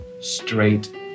straight